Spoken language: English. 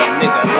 nigga